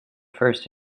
first